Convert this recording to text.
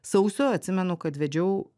sausio atsimenu kad vedžiau